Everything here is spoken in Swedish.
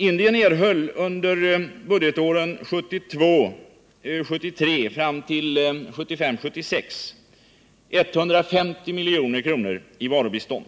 Indien erhöll från budgetåret 1972 76 ca 150 milj.kr. i varubistånd.